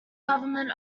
government